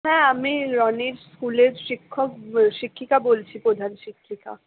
হ্যাঁ আমি রনির স্কুলের শিক্ষক শিক্ষিকা বলছি প্রধান শিক্ষিকা